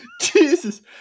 Jesus